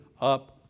up